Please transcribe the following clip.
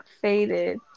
faded